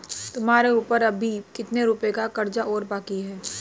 तुम्हारे ऊपर अभी कितने रुपयों का कर्ज और बाकी है?